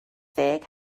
deg